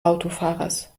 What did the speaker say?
autofahrers